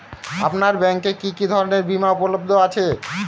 আপনার ব্যাঙ্ক এ কি কি ধরনের বিমা উপলব্ধ আছে?